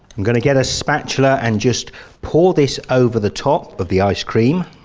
i'm going to get a spatula and just pour this over the top of the ice cream.